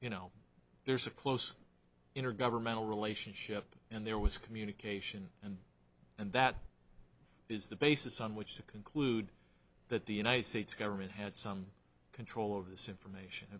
you know there's a close intergovernmental relationship and there was communication and and that this is the basis on which to conclude that the united states government had some control over this information